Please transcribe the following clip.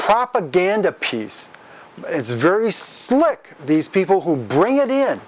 propaganda piece it's very slick these people who bring it in